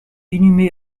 inhumé